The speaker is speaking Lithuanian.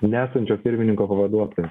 nesančio pirmininko pavaduotojas